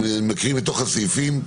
ואני מקריא מתוך הסעיפים: